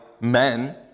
men